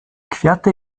kwiaty